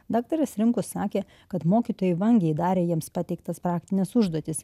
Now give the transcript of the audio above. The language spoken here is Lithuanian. daktaras rimkus sakė kad mokytojai vangiai darė jiems pateiktas praktines užduotis